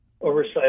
oversight